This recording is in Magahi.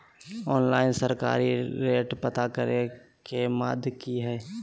ऑनलाइन सरकारी रेट पता करे के माध्यम की हय?